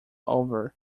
over